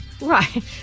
Right